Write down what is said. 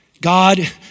God